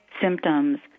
symptoms